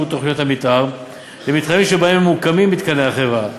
תוכניות המתאר למתחמים שבהם ממוקמים מתקני החברה,